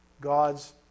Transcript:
God's